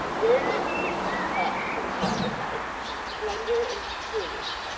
very much addicted to pattens in private life slender and shrewish,